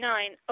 Nine